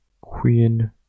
Queen